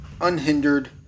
unhindered